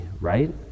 right